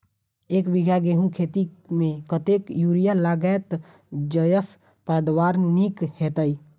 एक बीघा गेंहूँ खेती मे कतेक यूरिया लागतै जयसँ पैदावार नीक हेतइ?